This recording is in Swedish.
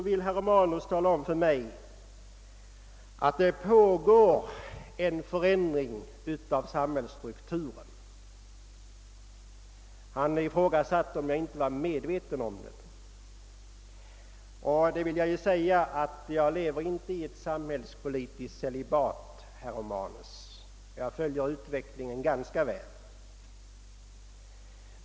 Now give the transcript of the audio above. Herr Romanus ville tala om för mig att det pågår en förändring av samhällsstrukturen. Han ifrågasatte att jag var medveten om detta. Jag lever inte i samhällspolitiskt vacuum, herr Romanus. Jag följer utvecklingen ganska väl.